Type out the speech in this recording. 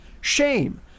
Shame